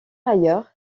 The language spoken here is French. ailleurs